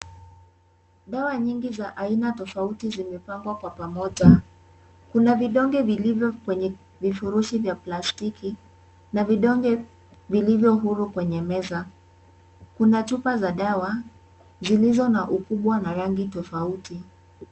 Dawa nyingi za aina tofauti zimepangwa kwa pamoja. Kuna vidonge vilivyo kwenye vifurushi vya plastiki na vidonge vilivyo huru kwenye meza. Kuna chupa za dawa zilizo an ukubwa na rangi tofauti.